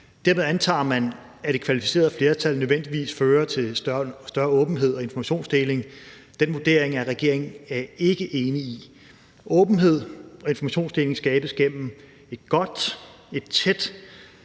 Dermed antager man, at et kvalificeret flertal nødvendigvis fører til større åbenhed og informationsdeling. Den vurdering er regeringen ikke enig i. Åbenhed og informationsdeling skabes gennem et godt og tæt